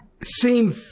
seem